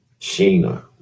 Sheena